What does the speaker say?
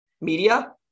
media